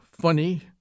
funny